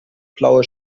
blaue